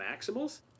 Maximals